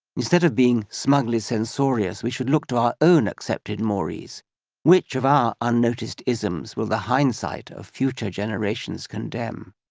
instead of being smugly censorious, we should look to our own accepted mores which of our unnoticed isms will the hindsight of future generations condemn?